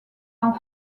dans